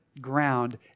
ground